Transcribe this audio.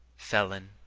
felon,